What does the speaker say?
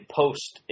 post